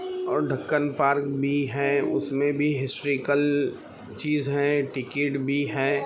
اور ڈھکن پارک بھی ہے اس میں بھی ہسٹریکل چیز ہیں ٹکٹ بھی ہے